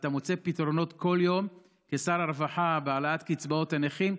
ואתה מוצא פתרונות כל יום כשר הרווחה בהעלאת קצבאות הנכים,